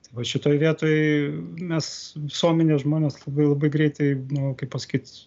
tai va šitoj vietoj mes visuomenė žmonės labai labai greitai nu kaip pasakyt